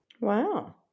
Wow